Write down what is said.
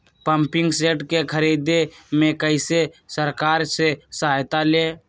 Pumping set के ख़रीदे मे कैसे सरकार से सहायता ले?